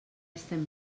estem